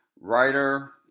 writer